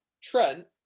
Trent